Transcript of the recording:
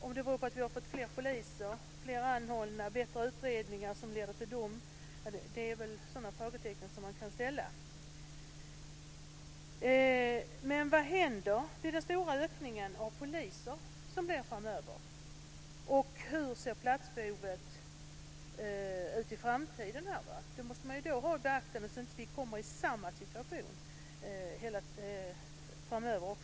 Om det beror på att vi har fått fler poliser, flera anhållna, bättre utredningar som leder till dom är frågor som man kan ställa. Men vad händer i och med den stora ökningen av antalet poliser som blir framöver? Och hur ser platsbehovet ut i framtiden? Detta måste vi ha i beaktande så att vi inte hamnar i samma situation framöver.